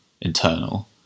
internal